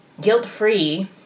guilt-free